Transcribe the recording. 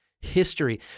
History